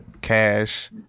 cash